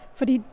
Fordi